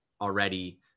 already